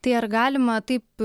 tai ar galima taip